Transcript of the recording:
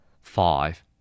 five